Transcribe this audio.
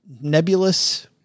nebulous